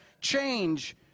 change